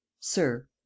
Sir